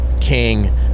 King